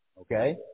okay